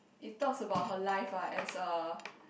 it talks about her life ah as a